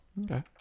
okay